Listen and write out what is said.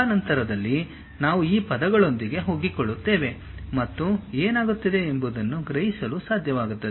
ಕಾಲಾನಂತರದಲ್ಲಿ ನಾವು ಈ ಪದಗಳೊಂದಿಗೆ ಒಗ್ಗಿಕೊಳ್ಳುತ್ತೇವೆ ಮತ್ತು ಏನಾಗುತ್ತಿದೆ ಎಂಬುದನ್ನು ಗ್ರಹಿಸಲು ಸಾಧ್ಯವಾಗುತ್ತದೆ